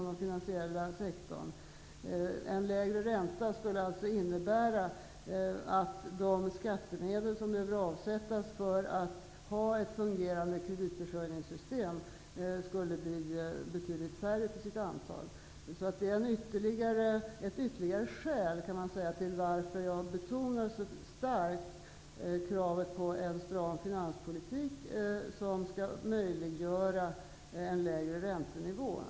En lägre ränta skulle innebära att de skattemedel som behöver avsättas för ett fungerande kreditförsörjningssystem skulle bli betydligt mindre. Det är alltså ett ytterligare skäl till varför jag så starkt betonar kravet på en stram finanspolitik, som möjliggör en lägre räntenivå.